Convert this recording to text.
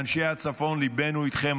אנשי הצפון, ליבנו איתכם.